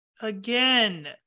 again